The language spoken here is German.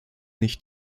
nicht